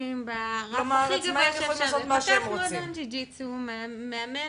ברף הכי גבוה שאפשר פתח מועדון ג'יו ג'יטסו ומאמן.